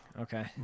Okay